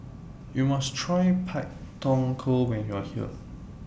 YOU must Try Pak Thong Ko when YOU Are here